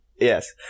yes